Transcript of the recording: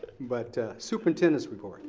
but superintendent's report.